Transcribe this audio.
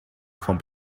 from